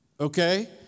Okay